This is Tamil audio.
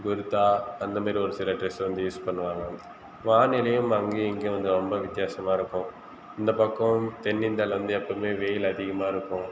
குர்த்தா அந்தமாரி ஒரு சில டிரெஸ் வந்து யூஸ் பண்ணுவாங்க வானிலையும் அங்கேயும் இங்கேயும் வந்து ரொம்ப வித்யாசமாக இருக்கும் இந்த பக்கம் தென் இந்தியாவில் வந்து எப்போவுமே வெயில் அதிகமாக இருக்கும்